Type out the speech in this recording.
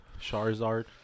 Charizard